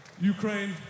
Ukraine